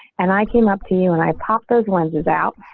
and i came up to you and i popped. those ones is out,